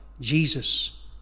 Jesus